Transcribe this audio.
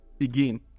again